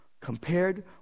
compared